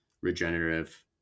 regenerative